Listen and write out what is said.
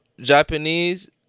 Japanese